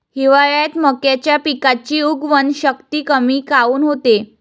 हिवाळ्यात मक्याच्या पिकाची उगवन शक्ती कमी काऊन होते?